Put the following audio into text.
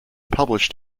published